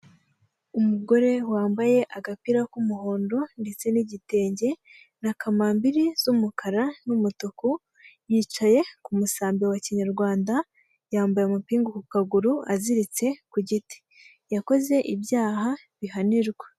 Umugore wambaye agapira k'umuhondo ndetse n'igitenge na kamambiri z'umukara n'umutuku, yicaye ku musambi wa kinyarwanda, yambaye umapingu ku kaguru, aziritse ku giti, yakoze ibyaha bihanirwa.